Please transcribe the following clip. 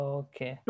okay